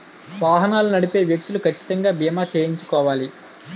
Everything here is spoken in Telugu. వాహనాలు నడిపే వ్యక్తులు కచ్చితంగా బీమా చేయించుకోవాలి